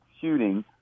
shooting